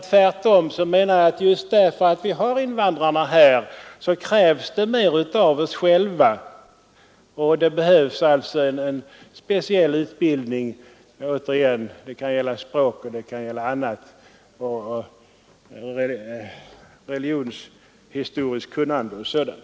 Tvärtom menar jag att det krävs mer av personalen genom de invandrare som skall betjänas. Det kan behövas en speciell utbildning i t.ex. språk och religionshistoriskt kunnande m.m.